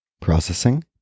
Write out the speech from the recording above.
processing